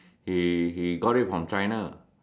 he he got it from China